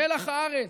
מלח הארץ,